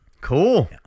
Cool